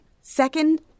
Second